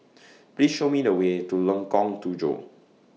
Please Show Me The Way to Lengkong Tujuh